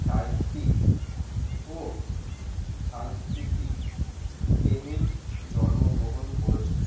সাহিত্যিক ও সাংস্কৃতিক প্রেমী জন্মগ্রহণ করেছে